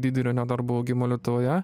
didelio nedarbo augimo lietuvoje